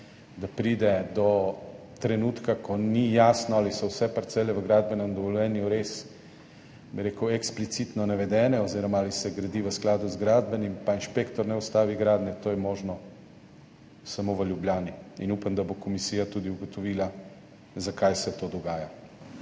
da pride do trenutka, ko ni jasno, ali so vse parcele v gradbenem dovoljenju res eksplicitno navedene oziroma ali se gradi v skladu z gradbenim [dovoljenjem], pa inšpektor ne ustavi gradnje, to je možno samo v Ljubljani. Upam, da bo komisija tudi ugotovila, zakaj se to dogaja.